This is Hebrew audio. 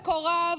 מקורב,